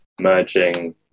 Merging